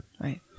right